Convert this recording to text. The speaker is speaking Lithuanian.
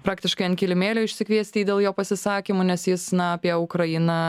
praktiškai ant kilimėlio išsikviesti jį dėl jo pasisakymų nes jis na apie ukrainą